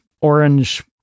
orange